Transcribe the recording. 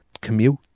commute